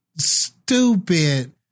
stupid